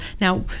now